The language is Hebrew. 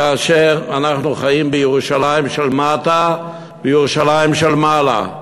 כאשר אנחנו חיים בירושלים של מטה ובירושלים של מעלה,